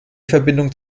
verbindung